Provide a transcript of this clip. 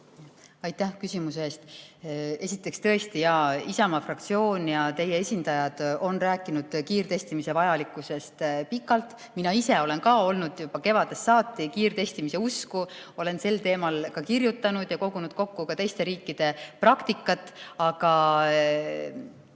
Aitäh küsimuse eest! Esiteks tõesti, jaa, Isamaa fraktsioon ja teie esindajad on rääkinud kiirtestimise vajalikkusest pikalt. Mina ise olen ka olnud juba kevadest saati kiirtestimise usku, olen sel teemal kirjutanud ja kogunud teiste riikide praktikat. Alates